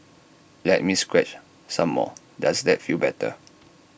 let me scratch some more does that feel better